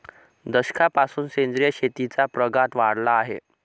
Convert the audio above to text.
दशकापासून सेंद्रिय शेतीचा प्रघात वाढला आहे